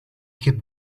kept